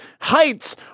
heights